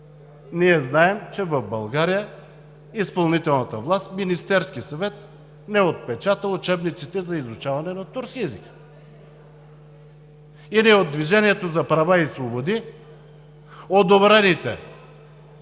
ние знаем, че в България изпълнителната власт – Министерският съвет, не отпечата учебниците за изучаване на турски език. И ние от „Движението за права и свободи“ одобрените